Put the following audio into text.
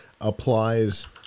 applies